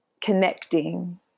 connecting